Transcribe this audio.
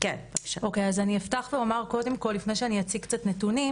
אני אפתח ואומר קודם כל, לפני שאני אציג נתונים,